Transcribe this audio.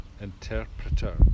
interpreter